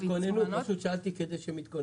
שאלתי כדי שיתכוננו.